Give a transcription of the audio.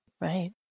right